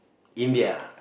India